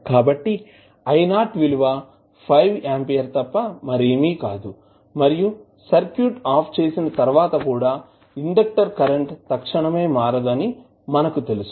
కాబట్టి విలువ 5 ఆంపియర్ తప్ప మరేమీ కాదు మరియు సర్క్యూట్ ఆఫ్ చేసిన తర్వాత Io కూడా ఇండక్టర్ కరెంట్ తక్షణమే మారదు అని మనకు తెలుసు